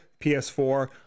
PS4